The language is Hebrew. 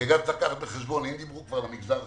כי צריך לקחת בחשבון שאם דיברו כבר על המגזר החרדי,